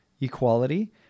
equality